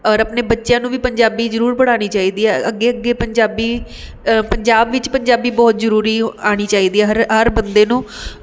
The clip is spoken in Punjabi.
ਔਰ ਆਪਣੇ ਬੱਚਿਆਂ ਨੂੰ ਵੀ ਪੰਜਾਬੀ ਜ਼ਰੂਰ ਪੜ੍ਹਾਉਣੀ ਚਾਹੀਦੀ ਹੈ ਅੱਗੇ ਅੱਗੇ ਪੰਜਾਬੀ ਪੰਜਾਬ ਵਿੱਚ ਪੰਜਾਬੀ ਬਹੁਤ ਜ਼ਰੂਰੀ ਆਉਣੀ ਚਾਹੀਦੀ ਹੈ ਹਰ ਹਰ ਬੰਦੇ ਨੂੰ